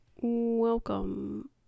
welcome